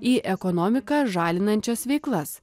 į ekonomiką žalinančias veiklas